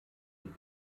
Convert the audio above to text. die